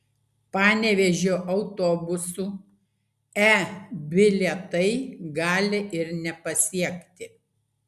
panevėžio autobusų e bilietai gali ir nepasiekti